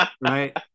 Right